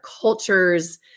cultures